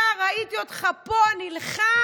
אתה, ראיתי אותך פה נלחם,